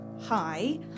Hi